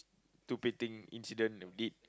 stupid thing incident we did